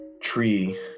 tree